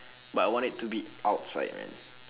but I want it to be outside man